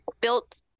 built